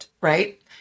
right